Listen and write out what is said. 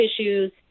issues